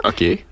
Okay